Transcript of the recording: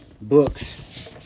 books